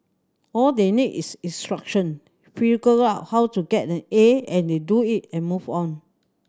all they need is instruction figure out how to get an A and they do it and move on